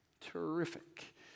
Terrific